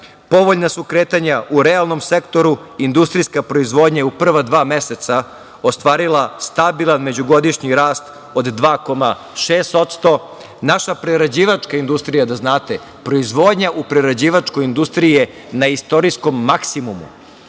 dalje. Povoljna su kretanja u realnom sektoru, industrijska proizvodnja je u prva dva meseca ostvarila stabilan međugodišnji rast od 2,6%, naša prerađivačka industrija, da znate, proizvodnja u prerađivačkoj industriji je na istorijskom maksimumu,